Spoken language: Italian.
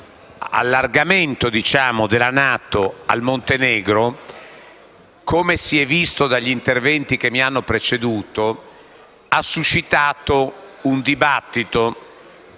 sull'adesione del Montenegro, come si è visto dagli interventi che mi hanno preceduto, ha suscitato un dibattito